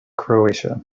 croatia